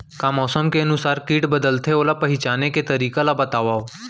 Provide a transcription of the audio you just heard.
का मौसम के अनुसार किट बदलथे, ओला पहिचाने के तरीका ला बतावव?